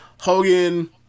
Hogan